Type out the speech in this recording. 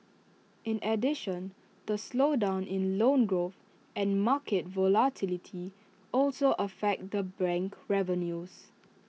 in addition the slowdown in loan growth and market volatility also affect the bank revenues